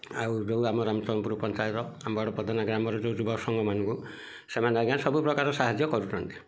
ଆଉ ଯେଉଁ ଆମ ରାମଚନ୍ଦ୍ରପୁର ପଞ୍ଚାୟତ ଆମର ପୋଦନା ଗ୍ରାମର ଯେଉଁ ଯୁବକ ସଂଘ ମାନଙ୍କୁ ସେମାନେ ଆଜ୍ଞା ସବୁ ପ୍ରକାର ସାହାଯ୍ୟ କରୁଛନ୍ତି